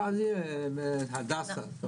מחר זה יהיה להדסה.